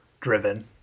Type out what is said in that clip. driven